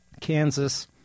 Kansas